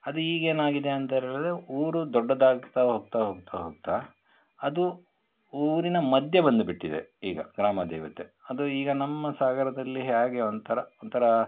ಅದು ಈಗ ಏನಾಗಿದೆ ಅಂತೇಳಿದ್ರೆ ಊರು ದೊಡ್ಡದಾಗ್ತಾ ಹೋಗ್ತಾ ಹೋಗ್ತಾ ಹೋಗ್ತಾ ಅದು ಊರಿನ ಮಧ್ಯೆ ಬಂದು ಬಿಟ್ಟಿದೆ ಈಗ ಗ್ರಾಮದೇವತೆ ಅದು ಈಗ ನಮ್ಮ ಸಾಗರದಲ್ಲಿ ಹೇಗೆ ಒಂಥರ ಒಂಥರ